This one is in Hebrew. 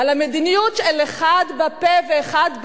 על המדיניות של אחד בפה ואחד בלב,